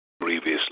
previously